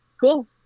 cool